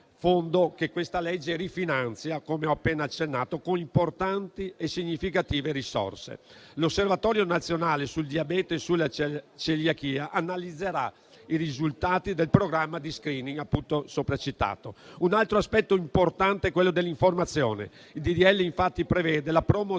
che questa legge rifinanzia, come ho appena accennato, con importanti e significative risorse). L'osservatorio nazionale sul diabete e sulla celiachia analizzerà i risultati del programma di *screening* sopracitato. Un altro aspetto importante è quello dell'informazione. Il disegno di legge, infatti, prevede la promozione